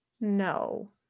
No